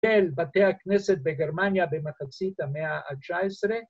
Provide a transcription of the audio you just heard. ‫אל בתי הכנסת בגרמניה ‫במחצית המאה ה-19.